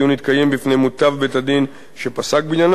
הדיון יתקיים בפני מותב בית-הדין שפסק בעניינו